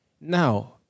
Now